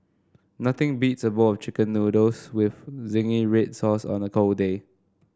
nothing beats a bowl of chicken noodles with zingy red sauce on a cold day